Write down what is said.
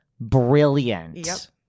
brilliant